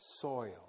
soil